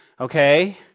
okay